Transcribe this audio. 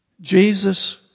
Jesus